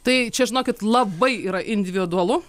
tai čia žinokit labai yra individualu